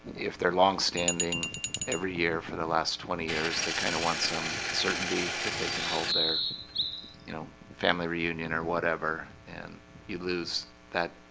if they're long-standing every year for the last twenty years they kind of want some certainty that they can hold their you know family reunion or whatever and you lose that